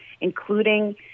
including